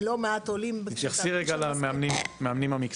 ולא מעט עולים --- תתייחסי רגע למאמנים המקצועיים.